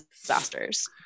disasters